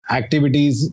activities